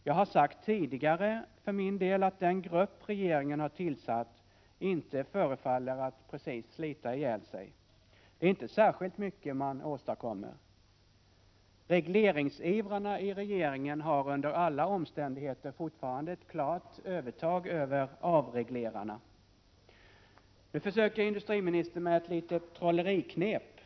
Jag har tidigare sagt att den grupp regeringen har tillsatt inte förefaller att precis slita ihjäl sig. Det är inte särskilt mycket man åstadkommer. Regleringsivrarna i regeringen har under alla omständigheter fortfarande ett klart övertag över avreglerarna. Nu försöker industriministern ta till ett litet trolleriknep.